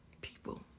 People